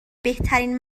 بهترین